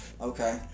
Okay